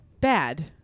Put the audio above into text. Bad